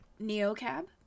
Neocab